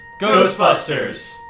Ghostbusters